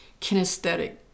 kinesthetic